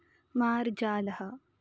मार्जालः